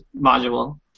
module